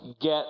get